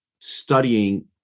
studying